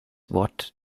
watt